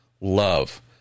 love